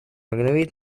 игнорировать